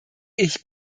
ich